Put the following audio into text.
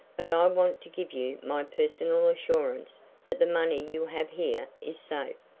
but i want to give you my personal assurance that the money you have here is safe.